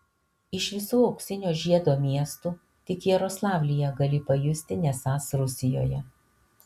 iš visų auksinio žiedo miestų tik jaroslavlyje gali pajusti nesąs rusijoje